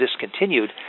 discontinued